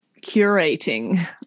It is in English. curating